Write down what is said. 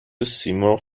سیمرغ